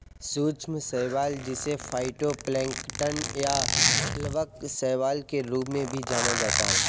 सूक्ष्म शैवाल जिसे फाइटोप्लैंक्टन या प्लवक शैवाल के रूप में भी जाना जाता है